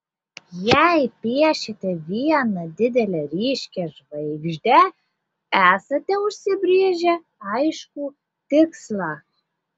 jei piešiate vieną didelę ryškią žvaigždę esate užsibrėžę aiškų tikslą